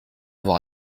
avoir